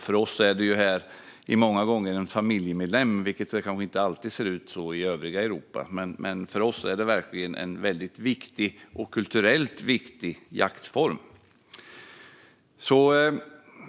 För oss handlar det många gånger om en familjemedlem. Så kanske det inte alltid ser ut i övriga Europa, men för oss är det verkligen en väldigt viktig, och kulturellt viktig, jaktform.